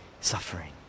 Suffering